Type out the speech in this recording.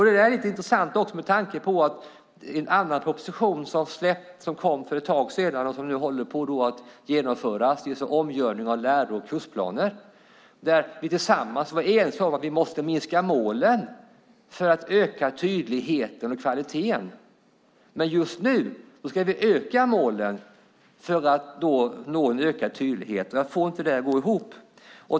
Det är lite intressant också med tanke på en annan proposition som kom för ett tag sedan och som nu håller på att genomföras. Den handlar om att göra om läro och kursplaner, och där var vi ense om att vi måste minska målen för att öka tydligheten och kvaliteten. Men just nu ska vi öka målen för att nå en ökad tydlighet. Jag får inte det att gå ihop.